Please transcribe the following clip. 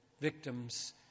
victims